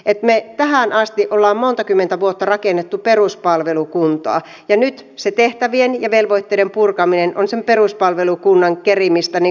me olemme tähän asti montakymmentä vuotta rakentaneet peruspalvelukuntaa ja nyt se tehtävien ja velvoitteiden purkaminen on sen peruspalvelukunnan kerimistä taaksepäin